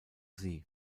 sie